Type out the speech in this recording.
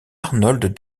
arnold